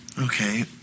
Okay